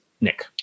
Nick